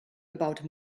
about